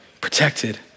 protected